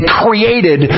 created